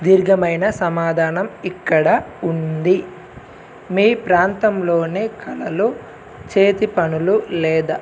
దీర్ఘమైన సమాధానం ఇక్కడ ఉంది మీ ప్రాంతంలోనే కళలు చేతి పనులు లేదా